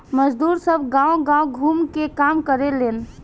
मजदुर सब गांव गाव घूम के काम करेलेन